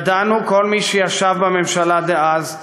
ידענו, כל מי שישב בממשלה דאז,